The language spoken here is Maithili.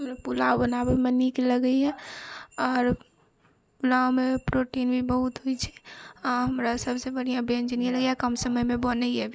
हमरा पुलाव बनाबै मे नीक लगैए आओर पुलाव मे प्रोटीन भी बहुत होइ छै आ हमरा सभसे बढ़िऑं ब्यञ्जन इहे लगैया कम समय मे बनैया भी